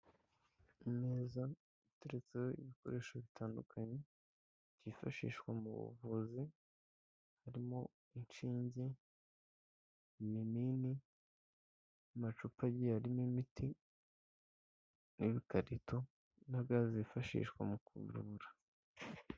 Imeza iteretseho ibikoresho bitandukanye byifashishwa mu buvuzi, harimo inshinge, ibinini, amacupa agiye arimo imiti n'ibikarito na ga zifashishwa mu kuvura.